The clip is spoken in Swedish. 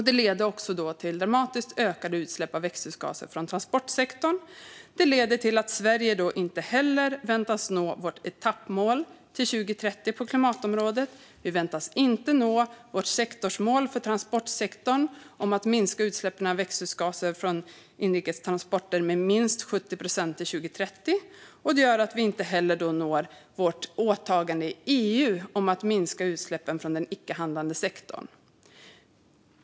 Det leder till dramatiskt ökade utsläpp av växthusgaser från transportsektorn. Det leder också till att Sverige inte väntas nå vårt etappmål till 2030 på klimatområdet. Vi väntas inte nå vårt sektorsmål för transportsektorn om att minska utsläppen av växthusgaser från inrikes transporter med minst 70 procent till 2030, och det gör att vi inte heller når Sveriges åtagande i EU om att minska utsläppen från den icke-handlande sektorn.